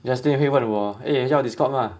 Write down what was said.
justin 会问我 eh 要 Discord 吗